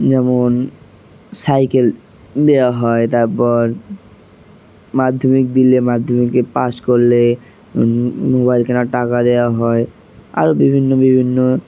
যেমন সাইকেল দেওয়া হয় তারপর মাধ্যমিক দিলে মাধ্যমিকে পাশ করলে মোবাইল কেনার টাকা দেওয়া হয় আরও বিভিন্ন বিভিন্ন